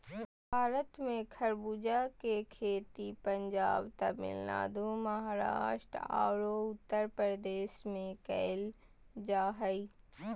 भारत में खरबूजा के खेती पंजाब, तमिलनाडु, महाराष्ट्र आरो उत्तरप्रदेश में कैल जा हई